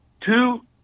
two